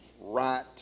right